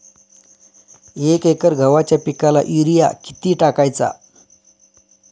एक एकर गव्हाच्या पिकाला युरिया किती टाकायचा?